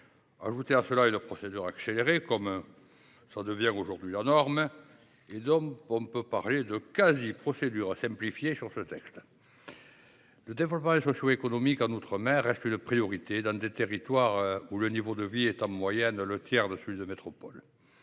Ajoutez à cela une procédure accélérée, comme c’est aujourd’hui la norme, et l’on peut parler de quasi procédure simplifiée sur ce texte. Le développement socio économique en outre mer reste une priorité, dans des territoires où le niveau de vie représente en moyenne le tiers de celui de la métropole.